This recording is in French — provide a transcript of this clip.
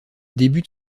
débute